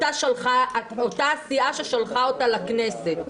אותה הסיעה ששלחה אותה לכנסת.